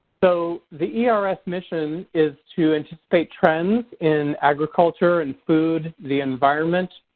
so the ers mission is to anticipate trends in agriculture and food, the environment,